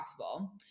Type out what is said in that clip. possible